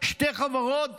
שתי חברות,